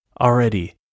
Already